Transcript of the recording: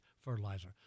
fertilizer